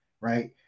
right